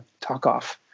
TalkOff